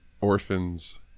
orphans